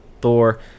Thor